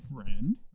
friend